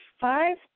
five